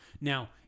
Now